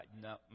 no